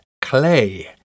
clay